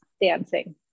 dancing